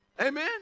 Amen